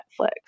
Netflix